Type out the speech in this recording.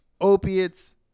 opiates